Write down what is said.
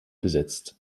besetzt